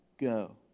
go